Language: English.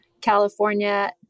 California